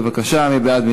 בבקשה, מי בעד?